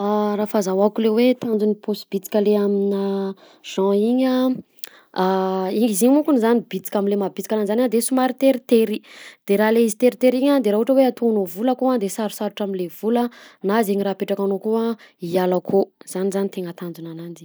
Ah raha fazahoako le hoe tanjon'ny paosy bitika le amina jean iny a izy mokony zany bisika amle maha bisika anazy zany de somary teritery de raha la izy teritery iny a de raha ohatra hoe ataonao vola akao de sarosarotra amin'ilay vola na zegny raha ampetrakanao akao hiala akao zany zany tegna tanjonananjy.